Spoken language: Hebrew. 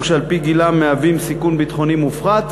שעל-פי גילם מהווים סיכון ביטחוני מופחת.